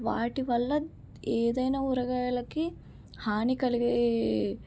వాటి వల్ల ఏదైనా ఊరగాయలకి హాని కలిగే